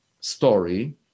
story